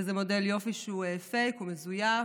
וזה מודל יופי שהוא פייק, הוא מזויף.